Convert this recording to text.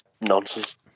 nonsense